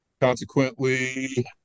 consequently